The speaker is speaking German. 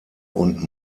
und